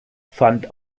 fand